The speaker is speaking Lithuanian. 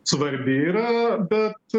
svarbi yra bet